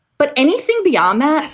but anything beyond that.